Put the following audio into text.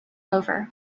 over